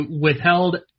withheld